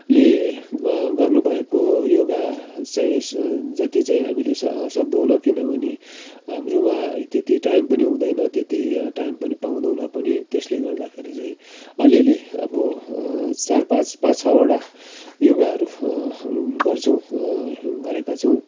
ले गर्नु भएको योगा चाहिँ जति चाहिँ हामीले सक्दौनँ किनभने हाम्रोमा त्यति टाइम पनि हुँदेन त्यति टाइम पनि पाउँदैनौँ पनि त्यसले गर्दाखेरि चाहिँ अलिलि अब चार पाँच पाँच छवटा योगाहरू गर्छौँ गरेका छौँ